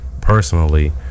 personally